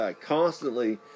constantly